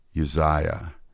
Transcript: Uzziah